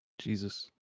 Jesus